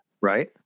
Right